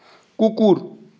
কুকুর